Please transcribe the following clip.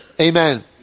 Amen